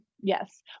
Yes